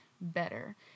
better